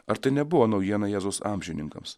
ar tai nebuvo naujiena jėzaus amžininkams